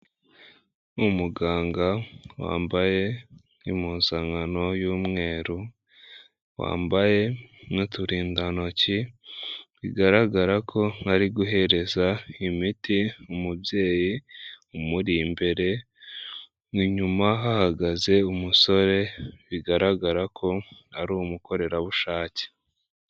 Umuganga wambaye impuzankano y'umweru wambaye n'uturindantoki, bigaragara ko ntari guhereza imiti umubyeyi umuri imbere, inyuma hahagaze umusore bigaragara ko ari umukorerabushake.